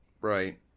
Right